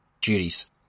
duties